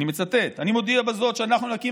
אני מצטט: אני מודיע בזאת שאנחנו נקים